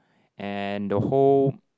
and the whole